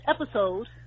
episode